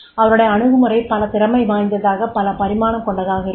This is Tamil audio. அவரது அணுகுமுறை பல திறமை வாய்ந்ததாக பல பரிமாணம் கொண்டதாக இருக்கும்